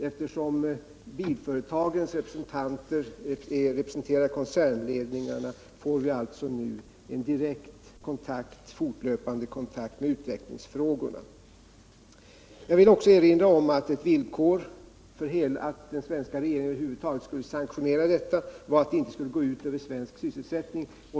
Eftersom bilföretagens ombud representerar koncernledningarna, får vi nu alltså en direkt fortlöpande kontakt med utvecklingsfrågorna. Jag vill också erinra om att ett villkor för att den svenska regeringen över huvud taget skulle sanktionera affären var att den inte skulle gå ut över svensk sysselsättning.